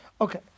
Okay